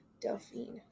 Delphine